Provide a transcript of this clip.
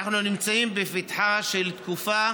שאנחנו נמצאים בפתחה של תקופה